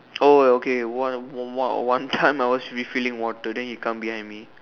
oh okay one more one time I was refilling water then he come behind me